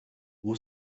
who